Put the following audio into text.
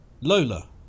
Lola